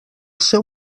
seu